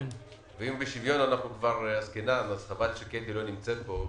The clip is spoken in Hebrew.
ואם בשוויון עסקינן, חבל שקטי לא נמצאת פה.